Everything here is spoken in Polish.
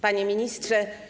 Panie Ministrze!